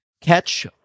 Catch